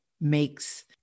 makes